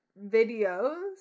videos